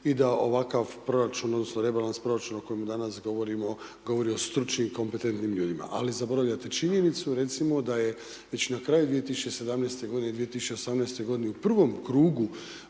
odnosno rebalans proračuna o kojemu danas govorimo, govori o stručnim i kompetentnim ljudima ali zaboravljate činjenicu recimo da je na kraju 2017. g., u 2018. g. u prvom krugu